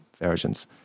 versions